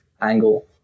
angle